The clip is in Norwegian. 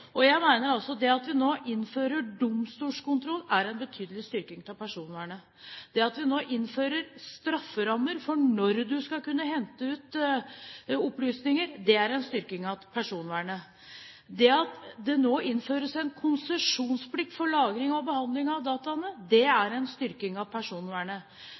er. Jeg mener altså at når vi nå innfører domstolskontroll, er det en betydelig styrking av personvernet. Det at vi innfører strafferammer for når en skal kunne hente ut opplysninger, er en styrking av personvernet. Det at det nå innføres en konsesjonsplikt for lagring og behandling av dataene, er en styrking av personvernet.